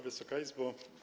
Wysoka Izbo!